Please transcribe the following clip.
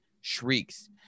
shrieks